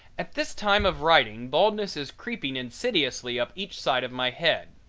at this time of writing baldness is creeping insidiously up each side of my head.